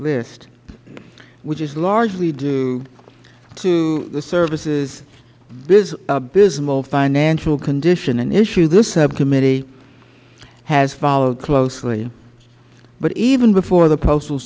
list which is largely due to the service's abysmal financial condition an issue this subcommittee has followed closely but even before the postal